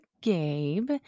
Gabe